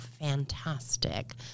fantastic